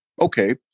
okay